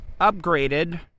upgraded